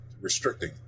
restricting